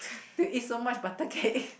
to eat so much butter cake